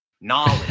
knowledge